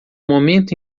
momento